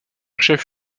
chef